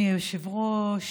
אדוני היושב-ראש,